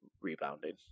rebounding